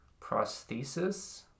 prosthesis